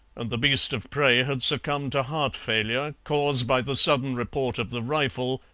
and the beast of prey had succumbed to heart-failure, caused by the sudden report of the rifle,